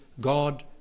God